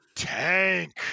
Tank